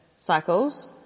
cycles